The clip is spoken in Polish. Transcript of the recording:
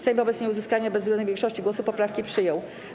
Sejm wobec nieuzyskania bezwzględnej większości głosów poprawki przyjął.